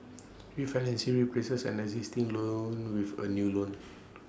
refinancing replaces an existing loan with A new loan